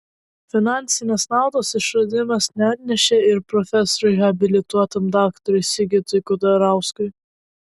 finansinės naudos išradimas neatnešė ir profesoriui habilituotam daktarui sigitui kudarauskui